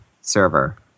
server